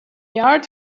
art